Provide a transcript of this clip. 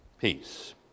Peace